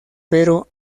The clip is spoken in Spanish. pero